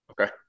Okay